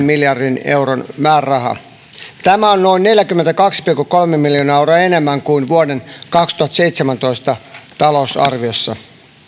miljardin euron määrärahaa tämä on noin neljäkymmentäkaksi pilkku kolme miljoonaa euroa enemmän kuin vuoden kaksituhattaseitsemäntoista talousarviossa